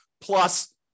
plus